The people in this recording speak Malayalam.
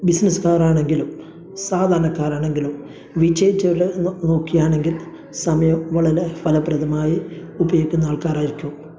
ബിസ്സ്നസ്സ്ക്കാരാണങ്കിലും സാധാരണക്കാരാണങ്കിലും വിജയിച്ചവരുടെ നോ നോക്കുകയാണെങ്കിൽ സമയം വളരെ ഫലപ്രദമായി ഉപയോഗിക്കുന്ന ആൾക്കാരായിരിക്കും